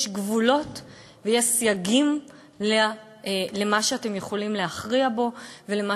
יש גבולות ויש סייגים למה שאתם יכולים להכריע בו ולמה